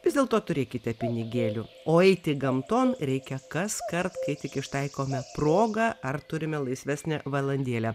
vis dėlto turėkite pinigėlių o eiti gamton reikia kaskart kai tik ištaikome progą ar turime laisvesnę valandėlę